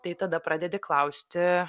tai tada pradedi klausti